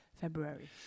February